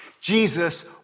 Jesus